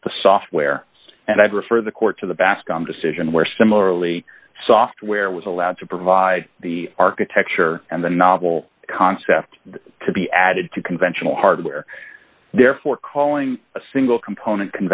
with the software and i prefer the court to the bascom decision where similarly software was allowed to provide the architecture and the novel concept to be added to conventional hardware therefore calling a single component